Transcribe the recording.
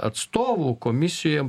atstovų komisijoje